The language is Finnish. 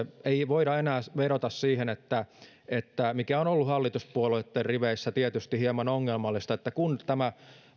ei voida enää vedota siihen mikä on ollut hallituspuolueitten riveissä tietysti hieman ongelmallista että kun tämä